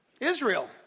Israel